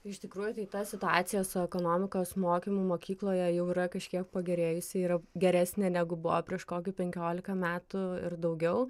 iš tikrųjų tai ta situacija su ekonomikos mokymu mokykloje jau yra kažkiek pagerėjusi yra geresnė negu buvo prieš kokį penkiolika metų ir daugiau